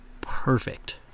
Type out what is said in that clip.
perfect